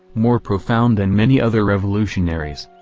more profound than many other revolutionaries.